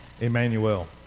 Emmanuel